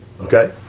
Okay